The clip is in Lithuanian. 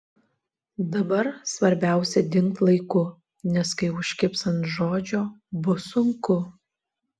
dabar svarbiausia dingt laiku nes kai užkibs ant žodžio bus sunku